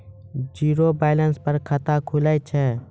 Zero balance पर खाता खुले छै?